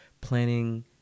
planning